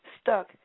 stuck